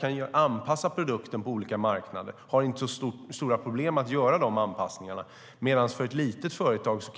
De kan anpassa produkten och har inte så stora problem med att göra det. Men för ett litet företag som